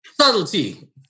subtlety